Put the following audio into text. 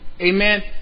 Amen